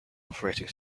operating